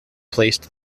placed